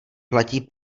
platí